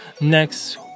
next